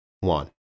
One